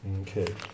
Okay